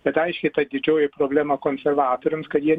bet aiškiai ta didžioji problema konservatoriams kad jie